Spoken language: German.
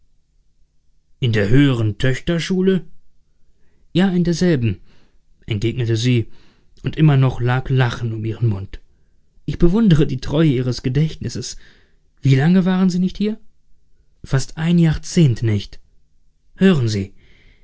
in der höheren töchterschule ja in derselben entgegnete sie und immer noch lag lachen um ihren mund ich bewundere die treue ihres gedächtnisses wie lange waren sie nicht hier fast ein jahrzehnt nicht hören sie